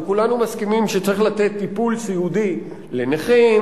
וכולנו מסכימים שצריך לתת טיפול סיעודי לנכים,